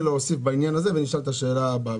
רוצה להוסיף בעניין הזה ואשאל את השאלה הבאה.